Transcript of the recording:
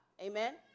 Amen